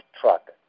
truck